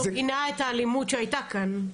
אבל אף אחד מכם לא גינה את האלימות שהוצגה כאן.